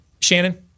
Shannon